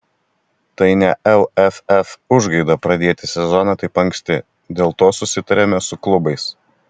tai ne lff užgaida pradėti sezoną taip anksti dėl to susitarėme su klubais